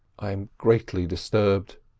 i am greatly disturbed,